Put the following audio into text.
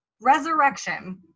resurrection